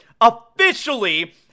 officially